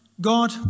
God